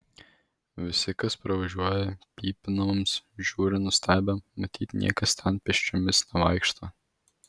visi kas pravažiuoja pypina mums žiūri nustebę matyt niekas ten pėsčiomis nevaikšto